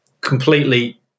completely